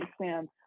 understand